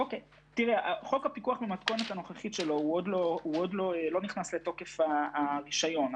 חוק הפיקוח במתכונת הנוכחית שלו עדיין לא נכנס לתוקף הרישיון,